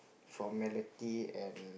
formality and